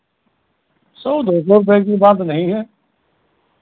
सौ दो सौ रुपये की बात नहीं है